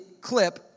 clip